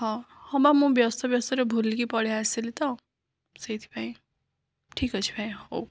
ହଁ ହଁ ବା ମୁଁ ବ୍ୟସ୍ତ ବ୍ୟସ୍ତରେ ଭୁଲିକି ପଳେଇଆସିଲି ତ ସେଇଥିପାଇଁ ଠିକ ଅଛି ଭାଇ ହେଉ